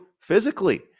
physically